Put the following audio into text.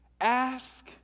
Ask